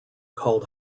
called